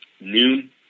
noon